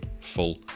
full